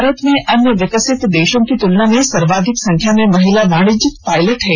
भारत में अन्य विकसित देशों की तुलना में सर्वाधिक संख्या में महिला वाणिज्यिक पायलट हैं